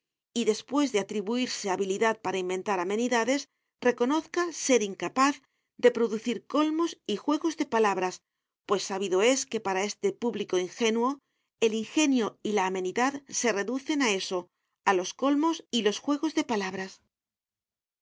y después de atribuirse habilidad para inventar amenidades reconozca ser incapaz de producir colmos y juegos de palabras pues sabido es que para este público ingenuo el ingenio y la amenidad se reducen a eso a los colmos y los juegos de palabras